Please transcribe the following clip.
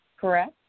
correct